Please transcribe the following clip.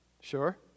Sure